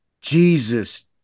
Jesus